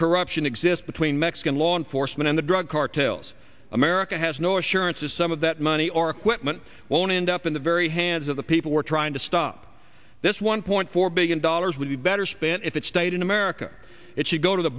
corruption exists between mexican law enforcement and the drug cartels america has no assurances some of that money or equipment won't end up in the very hands of the people were trying to stop this one point four billion dollars would be better spent if it stayed in america if you go to the